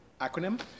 acronym